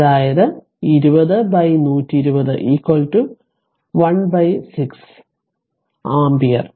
അതായത് 2012016 ആമ്പിയർ